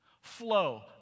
flow